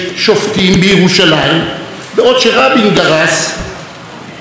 בעוד רבין גרס "בלי בג"ץ ובלי בצלם",